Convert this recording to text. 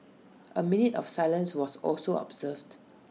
A minute of silence was also observed